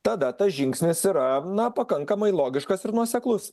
tada tas žingsnis yra na pakankamai logiškas ir nuoseklus